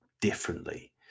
differently